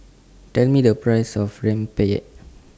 Tell Me The Price of Rempeyek